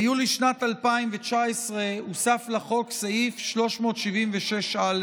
ביולי 2019 הוסף לחוק סעיף 376א,